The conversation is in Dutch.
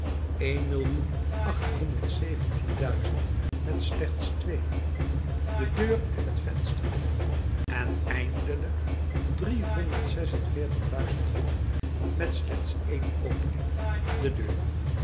één millioen achthonderd zeventien duizend met slechts twee de deur en het venster en eindelijk driehonderd zes-en-veertig duizend hutten met slechts één opening de deur